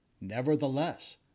Nevertheless